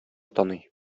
таный